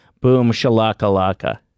Boom-shalaka-laka